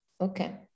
Okay